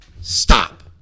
stop